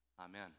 amen